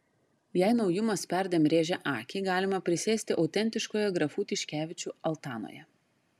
jei naujumas perdėm rėžia akį galima prisėsti autentiškoje grafų tiškevičių altanoje